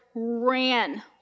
ran